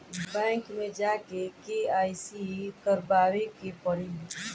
Bank मे जा के के.वाइ.सी करबाबे के पड़ी?